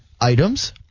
items